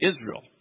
Israel